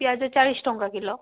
ପିଆଜ ଚାଳିଶ ଟଙ୍କା କିଲୋ